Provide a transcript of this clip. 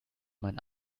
mein